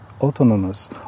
autonomous